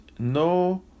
No